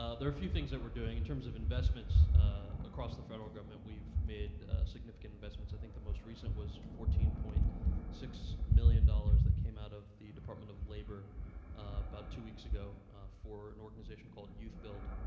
ah there are a few things that we're doing in terms of investments across the federal government. we've made significant investments. i think the most recent was fourteen point six million dollars that came out of the department of labor about two weeks ago for an organization called youth build,